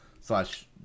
slash